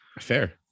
fair